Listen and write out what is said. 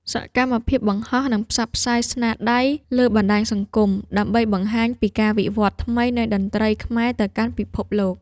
សកម្មភាពបង្ហោះ និងផ្សព្វផ្សាយស្នាដៃលើបណ្ដាញសង្គម ដើម្បីបង្ហាញពីការវិវត្តថ្មីនៃតន្ត្រីខ្មែរទៅកាន់ពិភពលោក។